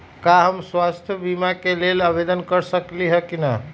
का हम स्वास्थ्य बीमा के लेल आवेदन कर सकली ह की न?